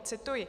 Cituji: